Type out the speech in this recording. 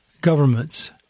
governments